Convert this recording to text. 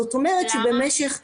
זאת אומרת שבמשך --- למה?